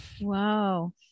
Wow